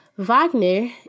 Wagner